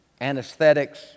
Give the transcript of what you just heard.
anesthetics